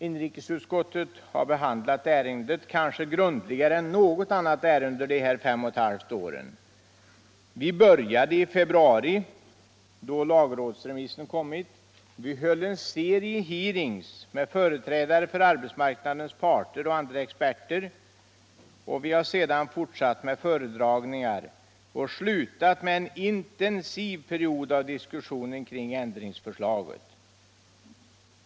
Inrikesutskottet har behandlat ärendet kanske grundligare än något annat ärende under de här fem och eu halvt åren. Vi började i februari, då lagrådsremissen kommit, höll en serie hearings med företrädare för arbetsmarknadens parter och andra experter. Vi har sedan fortsatt med föredragningar och slutat med en intensiv period av diskussioner kring ändringsförslag.